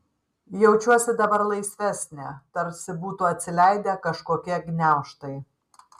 jaučiuosi dabar laisvesnė tarsi būtų atsileidę kažkokie gniaužtai